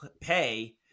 pay